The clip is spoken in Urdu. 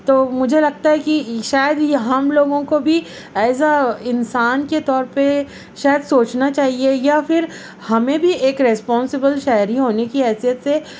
تو مجھے لگتا ہے کہ شاید یہ ہم لوگوں کو بھی ایز اَ انسان کے طور پہ شاید سوچنا چاہیے یا پھر ہمیں بھی ایک ریسپونسبل شہری ہونے کی حیثیت سے